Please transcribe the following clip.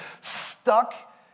stuck